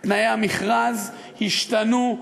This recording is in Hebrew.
תנאי המכרז השתנו,